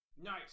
Nice